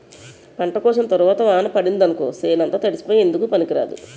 పంట కోసిన తరవాత వాన పడిందనుకో సేనంతా తడిసిపోయి ఎందుకూ పనికిరాదు